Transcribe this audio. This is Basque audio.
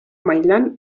mailan